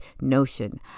notion